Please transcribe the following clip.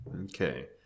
Okay